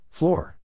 Floor